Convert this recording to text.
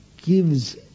gives